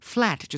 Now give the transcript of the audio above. Flat